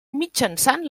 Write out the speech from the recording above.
mitjançant